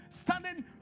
standing